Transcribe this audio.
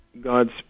God's